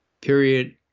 period